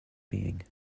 being